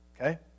okay